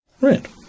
Right